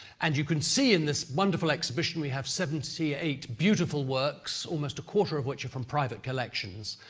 and you can see in this wonderful exhibition we have seventy eight beautiful works, almost a quarter of which are from private collections,